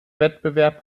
wettbewerb